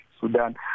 sudan